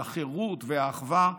החירות והאחווה,